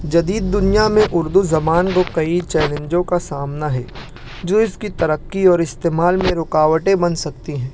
جدید دنیا میں اردو زبان کو کئی چیلنجوں کا سامنا ہے جو اس کی ترقی اور استعمال میں رکاوٹیں بن سکتی ہیں